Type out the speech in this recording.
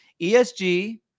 ESG